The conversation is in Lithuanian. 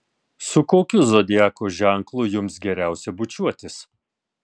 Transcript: su kokiu zodiako ženklu jums geriausia bučiuotis